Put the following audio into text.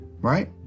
Right